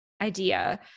idea